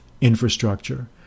infrastructure